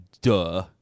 duh